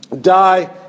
die